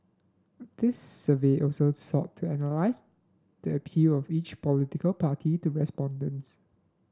this survey also sought to analyse the appeal of each political party to respondents